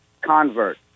convert